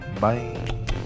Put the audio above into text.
Bye